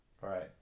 Right